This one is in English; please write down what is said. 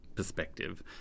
Perspective